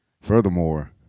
Furthermore